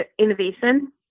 innovation